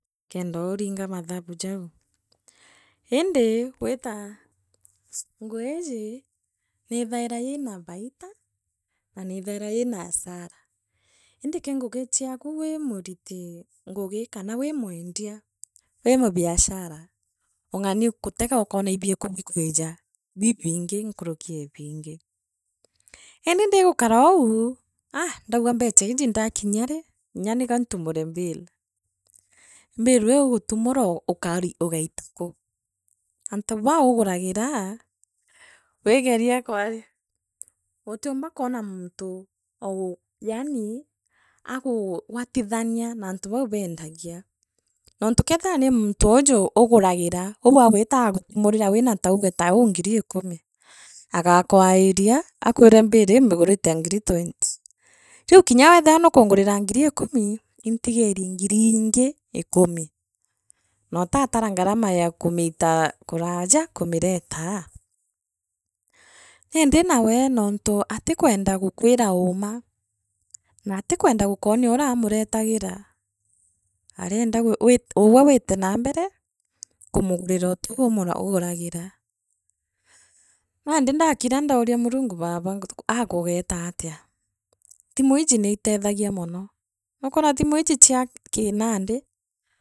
Kendooringa mathabu jau. indi ngugi iji niithaira iina baita na nithaira iina asara, indi kii ngugi chaku wi muritu ngugi kana wii mwendia. ee wa biashara ung’ani gutega ukona ii biiku bikwija bibingi nkuruki ee bingi indi ndigukarou aa ndauga mbechaijii ndakinyia rii nyani gantumure mbale, mbale ii ugutumura ukari ukaritaku, antu baa uguragira wigena kwari utiumba kwona muntu oogu yaani aguu ugwatithania naantu bau beendagia. nontu kethia ni muntuju uguragira uu ugwita aagutumurira wina tau tuge ngiri ikumu agakwairia akwire mbale ii migurite ngiri twenti riu kinga weethiwa nukungurira aa ngiri ikumi ii ntigerie ngiri ingi ikumi nootatara ngarama ya kumi kumiita kuraja kumiretaa indi nawe nontu ati kwenda gukwira uuma naatikwenda gukworioria amununetagira arienda wi uwe wiite naa mbere kumugurira ootau umuguragira nandi ndakira ndoonia murungu baaba aa kugeta atia thimu iiji niitethagia mono nukwona thimu ijie chia kinandi.